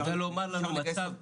תדע לומר לנו מצב,